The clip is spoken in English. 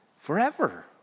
forever